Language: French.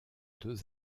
deux